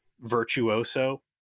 Virtuoso